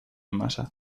masa